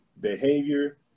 behavior